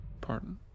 pardon